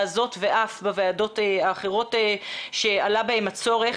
הזאת ואף בוועדות האחרות שעלה בהן הצורך.